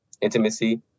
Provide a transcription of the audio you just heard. intimacy